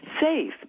safe